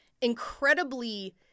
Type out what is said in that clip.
incredibly